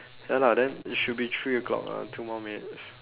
ya lah then should be three o-clock lah two more minutes